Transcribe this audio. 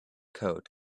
code